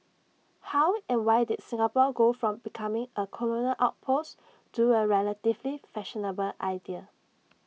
how and why did Singapore go from becoming A colonial outpost to A relatively fashionable idea